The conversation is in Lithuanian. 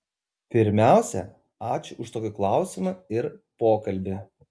pirmiausia ačiū už tokį klausimą ir pokalbį